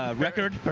ah record